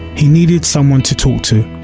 he needed someone to talk to.